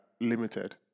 limited